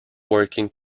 working